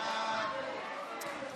התשפ"א 2021,